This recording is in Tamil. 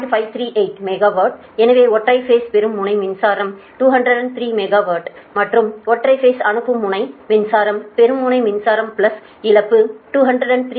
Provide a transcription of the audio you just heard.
538 மெகாவாட் எனவே ஒற்றை பேஸ் பெறும் முனை மின்சாரம் 203 மெகாவாட் மற்றும் ஒற்றை பேஸ் அனுப்பும் முனை மின்சாரம்பெறும் முனை மின்சாரம் பிளஸ் இழப்பு 203 0